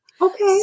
Okay